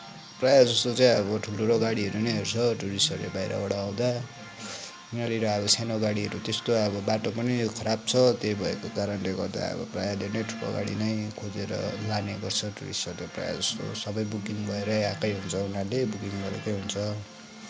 प्रायः जस्तो अब ठुल्ठुलो गाडीहरू नै हुन्छ टुरिस्टहरूले बाहिरबाट आउँदा यहाँनिर अब सानो गाडीहरू त्यस्तो अब बाटो पनि खराब छ त्यही भएको कारणले गर्दा अब प्रायःहरूले नै ठुलो गाडी नै खोजेर लाने गर्छ टुरिस्टहरूले प्रायः जस्तो सबै बुकिङ भएरै आएकै हुन्छ उनीहरूले बुकिङ गरेकै हुन्छ